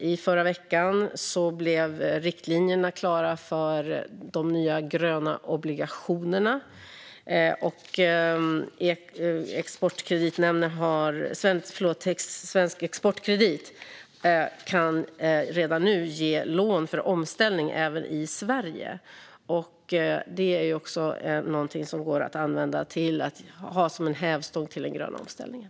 I förra veckan blev riktlinjerna klara för de nya gröna obligationerna, och Svensk Exportkredit kan redan nu ge lån för omställning även i Sverige. Det är också någonting som går att använda som en hävstång för den gröna omställningen.